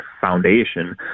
foundation